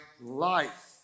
life